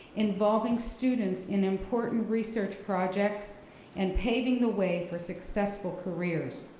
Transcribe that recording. involving students in important research projects and paving the way for successful careers.